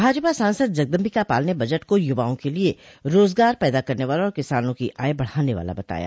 भाजपा सांसद जगदम्बिका पाल ने बजट को युवाओं के लिये रोजगार पैदा करने वाला और किसानों की आय बढ़ाने वाला बताया